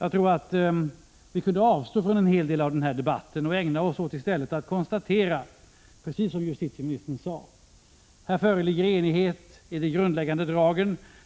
Jag tror att vi kunde avstå från en hel del av den här debatten och i stället ägna oss åt att konstatera, precis som justitieministern sade, att här föreligger enighet i de grundläggande dragen.